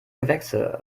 gewächse